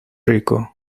rico